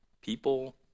People